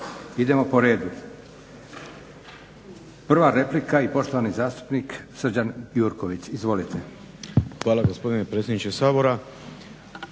Idemo po redu. Prva replika i poštovani zastupnik Srđan Gjurković. Izvolite. **Gjurković, Srđan (HNS)** Hvala gospodine predsjedniče Sabora.